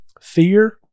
Fear